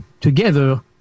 together